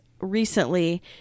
recently